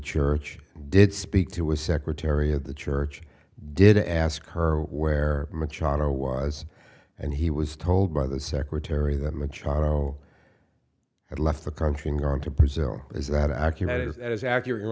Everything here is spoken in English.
church did speak to his secretary of the church did i ask her where machado was and he was told by the secretary that machado had left the country and gone to brazil is that accurate as accurate